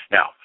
Now